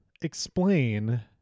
explain